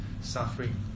suffering